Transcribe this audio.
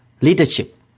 leadership